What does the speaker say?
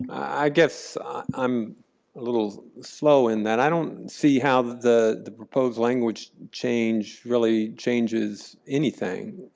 i guess i'm a little slow in that i don't see how the the proposed language change really changes anything.